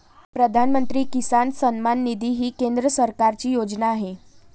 प्रधानमंत्री किसान सन्मान निधी ही केंद्र सरकारची योजना आहे